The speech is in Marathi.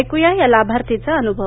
ऐकुया या लाभार्थीचा अन्भव